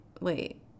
wait